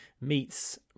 meets